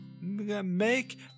make